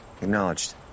Acknowledged